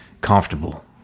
comfortable